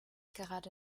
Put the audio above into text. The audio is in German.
gerade